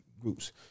groups